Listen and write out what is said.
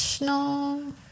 no